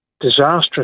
disastrous